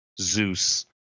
Zeus